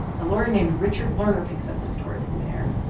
a lawyer named richard lerner picks up the story from there.